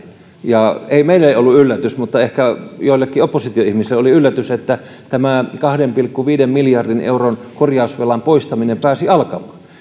ei meille ollut yllätys mutta ehkä joillekin opposition ihmisille oli yllätys että tämä kahden pilkku viiden miljardin euron korjausvelan poistaminen pääsi alkamaan